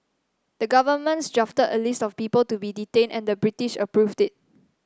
the governments drafted a list of people to be detained and the British approved it